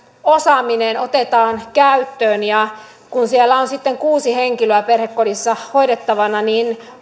osaaminen otetaan käyttöön kun siellä on sitten kuusi henkilöä perhekodissa hoidettavana niin